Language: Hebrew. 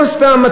לא סתם,